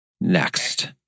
next